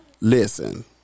Listen